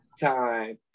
time